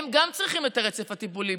גם שם צריכים את הרצף הטיפולי.